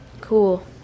Cool